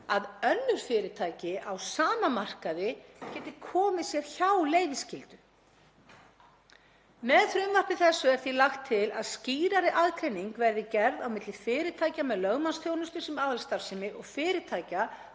að önnur fyrirtæki á sama markaði geti komið sér hjá leyfisskyldu. Með frumvarpi þessu er því lagt til að skýrari aðgreining verði gerð á milli fyrirtækja með lögmannsþjónustu sem aðalstarfsemi og fyrirtækja